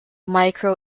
micro